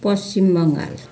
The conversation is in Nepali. पश्चिम बङ्गाल